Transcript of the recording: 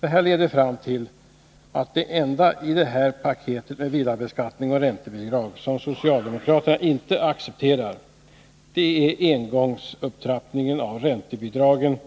Detta leder fram till att det enda i det här paketet med villabeskattning och räntebidrag som socialdemokraterna inte accepterar är engångsupptrappningarna av räntebidragen